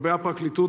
לגבי הפרקליטות,